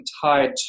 tied